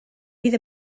bydd